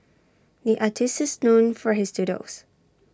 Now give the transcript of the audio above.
the artists is known for his doodles